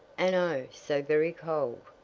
and, o, so very cold!